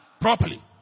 properly